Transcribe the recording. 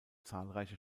zahlreiche